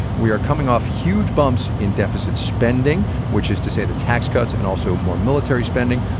we are coming off huge bumps in deficit spending, which is to say the tax cuts and also more military spending,